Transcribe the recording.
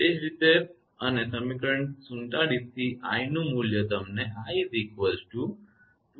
એ જ રીતે અને સમીકરણ 47 થી આ i મૂલ્ય તમને 𝑖 2𝑅𝑍𝑐𝑉𝑓 મળ્યું